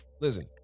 Listen